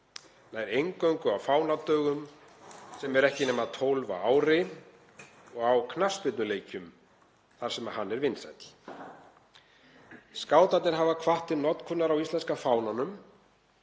nær eingöngu á fánadögum, sem eru ekki nema 12 á ári, og á knattspyrnuleikjum þar sem hann er vinsæll. Skátarnir hafa hvatt til notkunar á íslenska fánanum